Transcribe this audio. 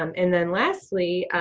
um and then lastly,